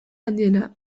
handiena